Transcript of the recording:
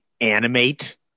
animate